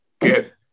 get